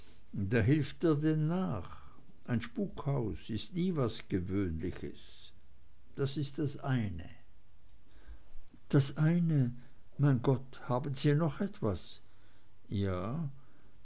da hilft er denn nach ein spukhaus ist nie was gewöhnliches das ist das eine das eine mein gott haben sie noch etwas ja